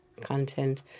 content